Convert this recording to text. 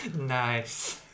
Nice